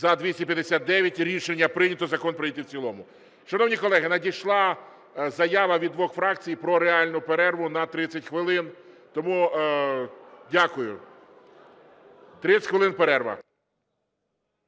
За-259 Рішення прийнято. Закон прийнятий в цілому. Шановні колеги, надійшла заява від двох фракцій про реальну перерву на 30 хвилин. Тому дякую. 30 хвилин перерва.